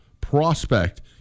prospect